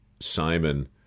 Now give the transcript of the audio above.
Simon